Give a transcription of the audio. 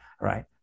right